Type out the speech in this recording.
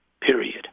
period